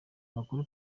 makuru